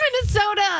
Minnesota